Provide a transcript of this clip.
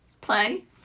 play